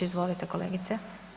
Izvolite, kolegice.